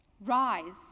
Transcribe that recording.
Rise